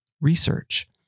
research